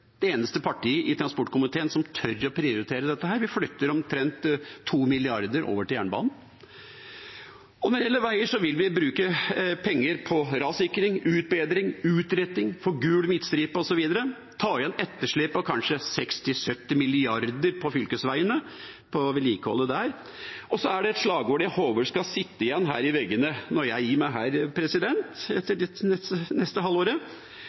transportkomiteen som tør å prioritere dette. Vi flytter omtrent 2 mrd. kr over til jernbanen. Når det gjelder veier, vil vi bruke penger på rassikring, utbedring, utretting, gul midtstripe osv. og ta igjen etterslepet på kanskje 60–70 mrd. kr på vedlikeholdet av fylkesveiene. Det er et slagord jeg håper skal sitte igjen i veggene her når jeg gir meg etter det neste halvåret: